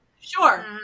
Sure